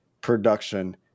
production